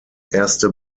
erste